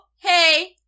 Hey